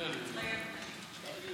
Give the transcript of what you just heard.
מתחייבת אני